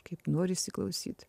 kaip norisi klausyt